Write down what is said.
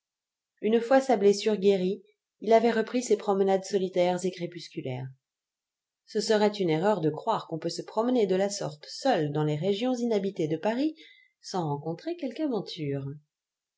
une fois sa blessure guérie il avait repris ses promenades solitaires et crépusculaires ce serait une erreur de croire qu'on peut se promener de la sorte seul dans les régions inhabitées de paris sans rencontrer quelque aventure